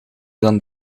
dan